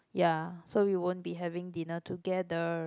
ya so we won't be having dinner together